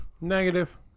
Negative